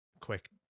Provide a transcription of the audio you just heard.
quick